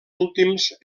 últims